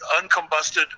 uncombusted